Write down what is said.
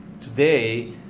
today